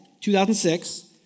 2006